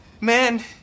man